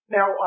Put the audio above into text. Now